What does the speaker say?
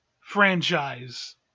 franchise